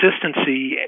Consistency